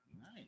Nice